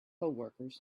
coworkers